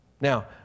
Now